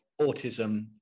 autism